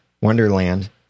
Wonderland